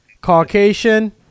caucasian